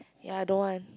ya don't want